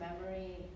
memory